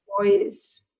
voice